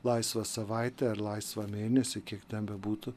laisvą savaitę ar laisvą mėnesį kiek ten bebūtų